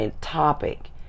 topic